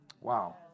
Wow